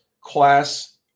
class